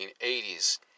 1980s